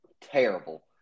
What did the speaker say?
terrible